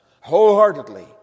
wholeheartedly